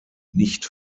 nicht